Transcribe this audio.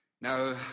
Now